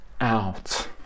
out